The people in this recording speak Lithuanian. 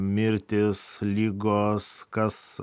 mirtys ligos kas